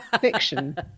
fiction